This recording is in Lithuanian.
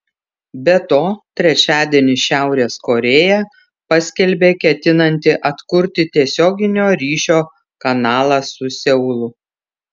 be to trečiadienį šiaurės korėja paskelbė ketinanti atkurti tiesioginio ryšio kanalą su seulu